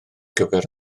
gyfer